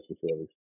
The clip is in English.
facilities